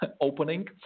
opening